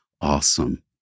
awesome